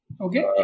Okay